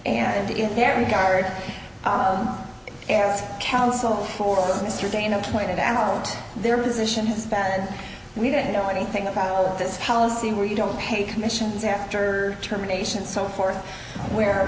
and in their regard as counsel for mr dana pointed out their position is bad we don't know anything about this policy where you don't pay commissions after terminations so forth where